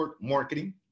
marketing